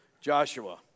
Joshua